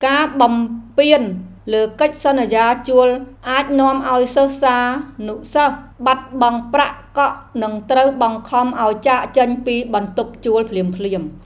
ការបំពានលើកិច្ចសន្យាជួលអាចនាំឱ្យសិស្សានុសិស្សបាត់បង់ប្រាក់កក់និងត្រូវបង្ខំឱ្យចាកចេញពីបន្ទប់ជួលភ្លាមៗ។